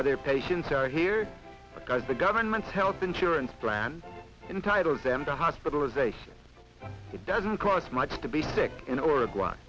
other patients are here because the government health insurance plan entitles them to hospitalization it doesn't cost much to be sick in oregon